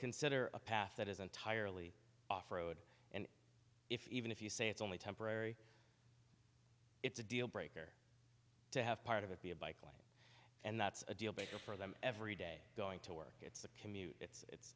consider a path that is entirely off road and if even if you say it's only temporary it's a deal breaker to have part of it be a bike lane and that's a deal breaker for them every day going to work it's a commute it's